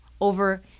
over